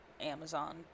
Amazon